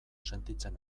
sentitzen